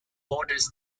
borders